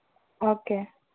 okay